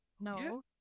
no